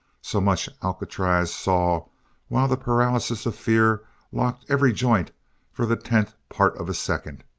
so much alcatraz saw while the paralysis of fear locked every joint for the tenth part of a second,